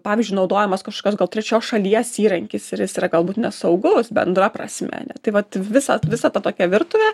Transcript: pavyzdžiui naudojamas kažkokios gal trečios šalies įrankis ir jis yra galbūt nesaugus bendra prasme ane tai vat visa visa ta tokia virtuvė